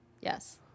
Yes